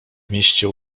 mieście